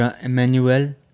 Emmanuel